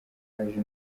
haje